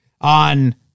on